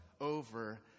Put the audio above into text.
over